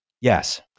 Yes